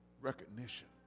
recognition